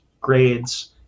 grades